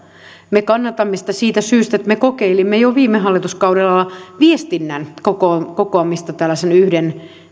me kannatamme sitä siitä syystä että me kokeilimme jo viime hallituskaudella viestinnän kokoamista tällaisen yhden